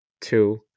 two